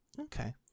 Okay